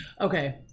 Okay